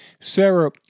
Sarah